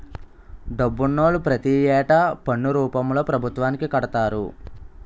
డబ్బునోళ్లు ప్రతి ఏటా పన్ను రూపంలో పభుత్వానికి కడతారు